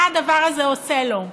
מה הדבר הזה עושה לו?